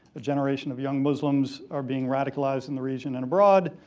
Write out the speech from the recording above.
a generation of young muslims are being radicalized in the region and abroad,